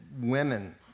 women